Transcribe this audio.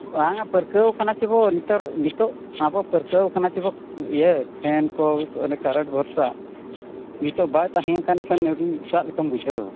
ᱵᱟᱝᱟ ᱯᱟᱹᱨᱠᱟᱹᱣ ᱠᱟᱱᱟ ᱪᱮ ᱵᱚᱱ ᱱᱮᱛᱟᱨ ᱱᱤᱛᱳᱜ ᱟᱵᱚ ᱯᱟᱹᱨᱠᱟᱹᱣ ᱠᱟᱱᱟ ᱪᱮᱵᱚᱱ ᱤᱭᱟᱹ ᱯᱷᱮᱱ ᱠᱚ ᱚᱱᱮ ᱠᱟᱨᱮᱱᱴ ᱵᱷᱚᱨᱥᱟ ᱱᱤᱛᱳᱜ ᱵᱟᱭ ᱛᱟᱦᱮᱸ ᱟᱠᱟᱱ ᱠᱷᱟᱱ ᱟᱹᱰᱤ ᱮᱴᱟᱜ ᱞᱮᱠᱟᱢ ᱵᱩᱡᱷᱟᱹᱣ